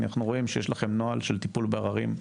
אנחנו רואים שיש לכם נוהל של טיפול בערערים,